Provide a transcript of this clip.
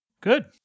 Good